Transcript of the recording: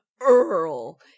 Earl